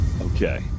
Okay